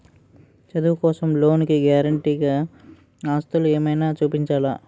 చదువు కోసం లోన్ కి గారంటే గా ఆస్తులు ఏమైనా చూపించాలా?